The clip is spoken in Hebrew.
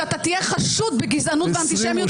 שאתה תהיה חשוד בגזענות ובאנטישמיות,